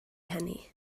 hynny